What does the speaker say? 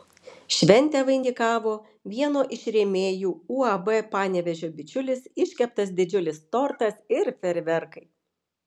šventę vainikavo vieno iš rėmėjų uab panevėžio bičiulis iškeptas didžiulis tortas ir fejerverkai